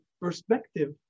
perspective